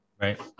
right